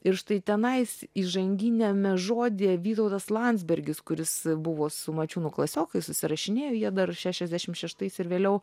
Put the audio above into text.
ir štai tenais įžanginiame žodyje vytautas landsbergis kuris buvo su mačiūnu klasiokai susirašinėjo jie dar šešiasdešim šeštais ir vėliau